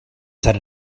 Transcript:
set